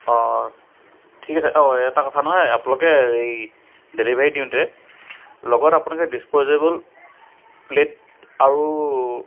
অঁ ঠিক আছে অঁ এটা কথা নহয় আপোনালোকে এই ডেলিভাৰী দিওঁতে লগত আপোনালোকে ডিছপ'জেবল প্লেট আৰু